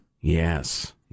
Yes